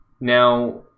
Now